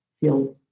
feel